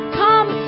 come